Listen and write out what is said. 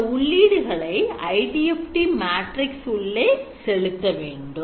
இந்த உள்ளீடுகளை IDFT matrix உள்ளே செலுத்த வேண்டும்